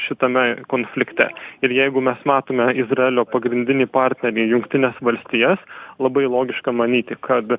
šitame konflikte ir jeigu mes matome izraelio pagrindinį partnerį jungtines valstijas labai logiška manyti kad